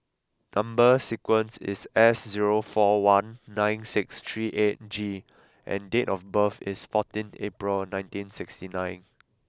number sequence is S zero four one nine six three eight G and date of birth is forteenth April nineteen sixty nine